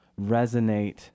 resonate